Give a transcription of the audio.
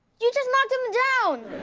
you just knocked him down!